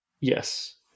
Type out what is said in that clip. Yes